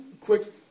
quick